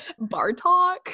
Bartok